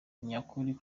nyakuri